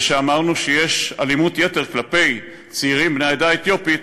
וכשאמרנו שיש אלימות יתר כלפי צעירים בני העדה האתיופית,